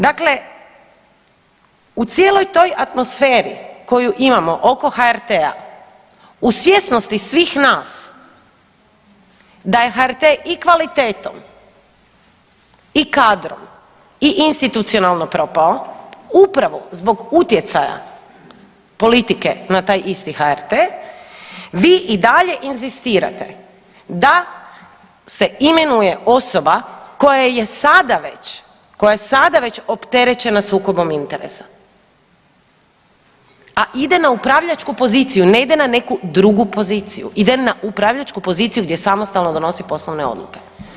Dakle, u cijeloj toj atmosferu koju imamo oko HRT-a, u svjesnosti svih nas da je HRT i kvalitetom i kadrom i institucionalno propao upravo zbog utjecaja politike na taj isti HRT, vi i dalje inzistirate da se imenuje osoba koja je sada već, koja je sada već opterećena sukobom interesa, a ide na upravljačku poziciju, ne ide na neku drugu poziciju, ide na upravljačku poziciju gdje samostalno donosi poslovne odluke.